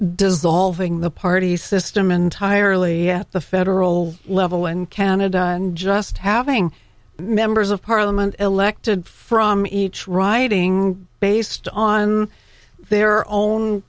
dissolving the party system entirely at the federal level when canada and just having members of parliament elected from each riding based on their own